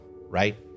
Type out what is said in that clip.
Right